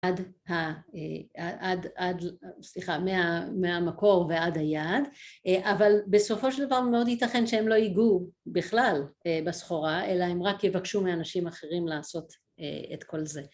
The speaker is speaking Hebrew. עד, סליחה, מהמקור ועד היעד אבל בסופו של דבר מאוד ייתכן שהם לא ייגעו בכלל בסחורה אלא הם רק יבקשו מאנשים אחרים לעשות את כל זה